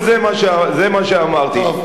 זאת לא היתה